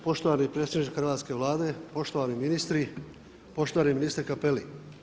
Poštovani predstavnici hrvatske Vlade, poštovani ministri, poštovani ministre Capelli.